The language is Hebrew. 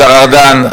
השר ארדן,